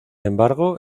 embargo